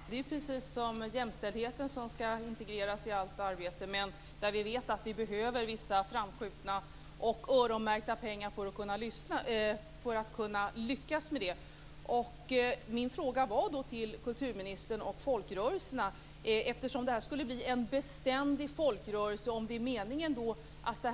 Herr talman! Det är precis som jämställdheten som skall integreras i allt arbete, men där vi vet att vi behöver vissa framskjutna och öronmärkta pengar för att kunna lyckas. eftersom det här skulle bli en beständig folkrörelse - var om det är meningen att